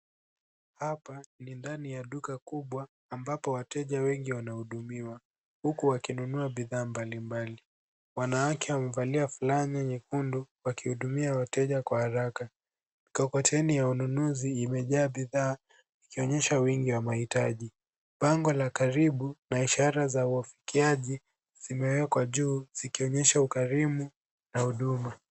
Hapa ni ndani ya duka kubwa ambapo wateja wengi wanahudumiwa huku wakinunua bidhaa mbalimbali. Wanawake wamevalia fulana nyekundu wakihudumia wateja kwa haraka. Mkokoteni ya ununuzi imejaa bidhaa ikionyesha wingi wa mahitaji. Bango la karibu na ishara za uafikiaji zimewekwa juu zikionyesha ukarimu na huduma.